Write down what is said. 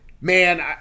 Man